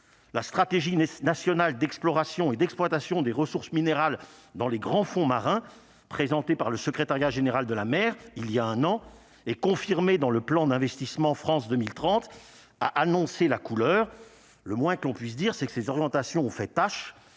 n'est-ce national d'exploration et d'exploitation des ressources minérales dans les grands fonds marins présenté par le secrétariat général de la mer il y a un an et confirmé dans le plan d'investissement France 2030, a annoncé la couleur : le moins que l'on puisse dire, c'est que ces orientations ont fait tâche